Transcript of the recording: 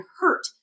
hurt